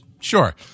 Sure